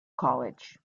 college